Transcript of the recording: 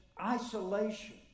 isolation